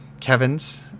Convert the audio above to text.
Kevin's